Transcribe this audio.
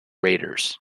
raiders